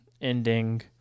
ending